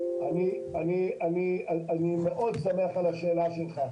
אני מאוד שמח על השאלה שלך.